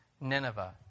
Nineveh